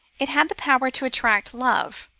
it had the power to attract love.